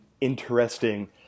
interesting